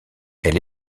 elle